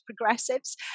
progressives